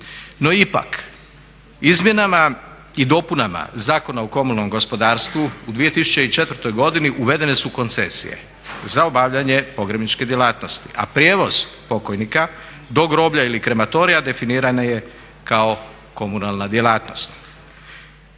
No ipak izmjenama i dopunama Zakona o komunalnom gospodarstvu u 2004. godini uvedene su koncesije za obavljanje pogrebničke djelatnosti, a prijevoz pokojnika do groblja ili krematorija definiran je kao komunalna djelatnost.